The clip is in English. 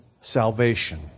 salvation